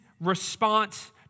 response